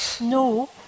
No